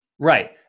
Right